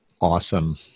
Awesome